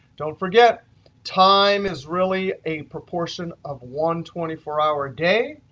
don't forget time is really a proportion of one twenty four hour a day.